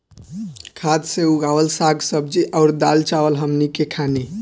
खाद से उगावल साग सब्जी अउर दाल चावल हमनी के खानी